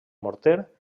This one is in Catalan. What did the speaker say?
morter